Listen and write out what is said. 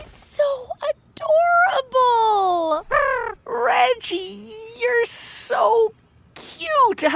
so adorable reggie, you're so cute.